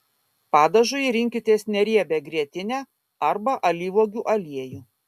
padažui rinkitės neriebią grietinę arba alyvuogių aliejų